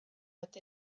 with